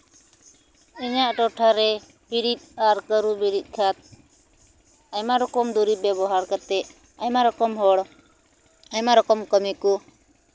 ᱤᱧᱟᱹᱜ ᱴᱚᱴᱷᱟ ᱨᱮ ᱵᱤᱨᱤᱫ ᱟᱨ ᱠᱟᱹᱨᱩ ᱵᱤᱨᱤᱫ ᱠᱷᱮᱛ ᱟᱭᱢᱟ ᱨᱚᱠᱚᱢ ᱫᱩᱨᱤᱵ ᱵᱮᱵᱚᱦᱟᱨ ᱠᱟᱛᱮ ᱟᱭᱢᱟ ᱨᱚᱠᱚᱢ ᱦᱚᱲ ᱟᱭᱢᱟ ᱨᱚᱠᱚᱢ ᱠᱟᱹᱢᱤ ᱠᱚ